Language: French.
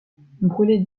brûler